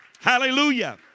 Hallelujah